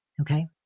Okay